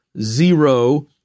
zero